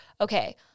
Okay